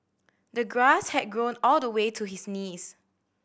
the grass had grown all the way to his knees